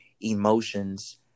emotions